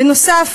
בנוסף,